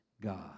God